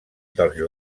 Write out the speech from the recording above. dels